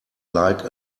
like